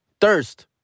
thirst